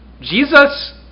Jesus